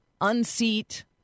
unseat